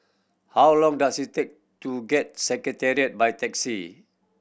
how long does it take to get Secretariat by taxi